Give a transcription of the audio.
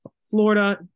Florida